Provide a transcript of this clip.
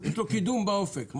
יש לו קידום באופק.